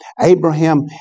Abraham